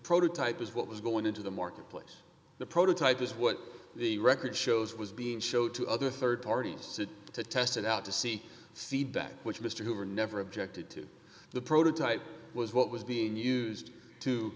prototype was what was going into the marketplace the prototype was what the record shows was being showed to other rd parties to test it out to see feedback which mr hoover never objected to the prototype was what was being used to